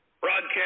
broadcast